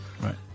right